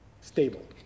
stable